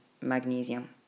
magnesium